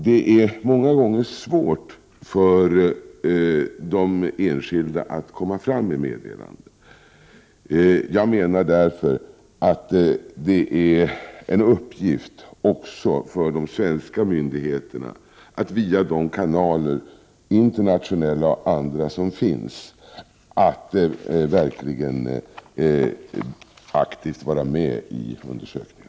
Det är många gånger svårt för de enskilda att nå fram med meddelanden. Jag menar därför att det är en uppgift också för de svenska myndigheterna att via internationella och andra kanaler verkligen aktivt vara med i undersökningen.